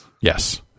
yes